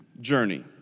journey